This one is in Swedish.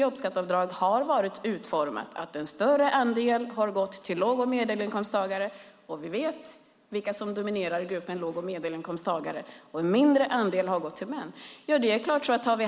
Jobbskatteavdraget är utformat så att en större andel går till låg och medelinkomsttagare - och vi vet alla vilka som dominerar dessa grupper - och en mindre andel till männen.